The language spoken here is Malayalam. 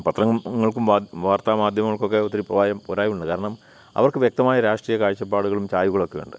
പത്രങ്ങങ്ങൾക്കും വാർത്താമാധ്യമങ്ങൾക്കൊക്കെ ഒത്തിരി പോരായ്മയുണ്ട് കാരണം അവർക്ക് വ്യക്തമായ രാഷ്ട്രീയ കാഴ്ചപ്പാടുകളും ചായ്വുകളൊക്കെയുണ്ട്